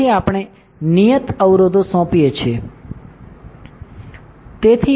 તેથી આપણે નિયત અવરોધો સોંપીએ છીએ સાચું